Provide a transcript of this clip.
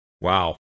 Wow